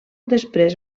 després